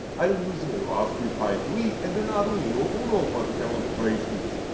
i am using a raspberry pi three and an arduino uno for the demonstrations.